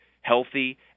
healthy